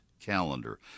calendar